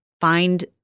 find